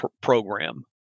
program